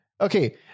okay